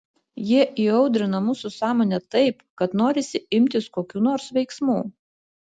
jie įaudrina mūsų sąmonę taip kad norisi imtis kokių nors veiksmų